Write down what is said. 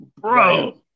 bro